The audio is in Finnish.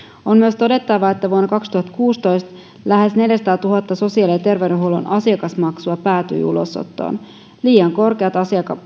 on myös todettava että vuonna kaksituhattakuusitoista lähes neljäsataatuhatta sosiaali ja terveydenhuollon asiakasmaksua päätyi ulosottoon liian korkeat